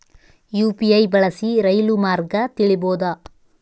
UPI ಬಳಸಿ ರೈಲು ಮಾರ್ಗ ತಿಳೇಬೋದ?